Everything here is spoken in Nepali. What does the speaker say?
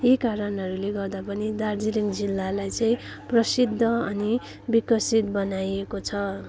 यही कारणहरूले गर्दा पनि दार्जिलिङ जिल्लालाई चाहिँ प्रसिद्ध अनि विकसित बनाएको छ